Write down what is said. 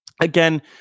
again